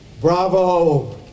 bravo